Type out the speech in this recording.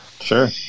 sure